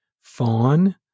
Fawn